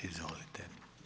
Izvolite.